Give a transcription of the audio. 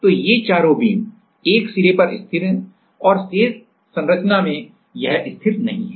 तो ये चारों बीम एक सिरे पर स्थिर है और शेष संरचना में यह स्थिर नहीं है